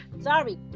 sorry